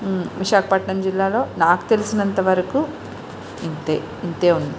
విశాఖపట్టణం జిల్లాలో నాకు తెలిసినంత వరకు ఇంతే ఇంతే ఉంది